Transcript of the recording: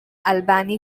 albany